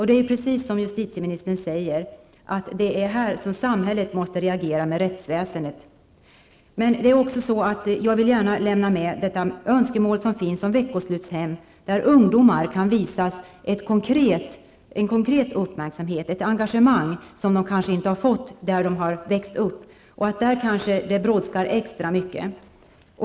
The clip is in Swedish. Det är här, precis som justitieministern säger, som samhället måste reagera med rättsväsendet. Men jag vill också nämna de önskemål som finns om veckoslutshem där ungdomar kan visas en konkret uppmärksamhet, ett engagemang som de kanske inte har fått där de växt upp. Denna åtgärd brådskar extra mycket.